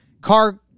Car